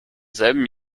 selben